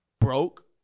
Broke